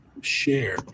Share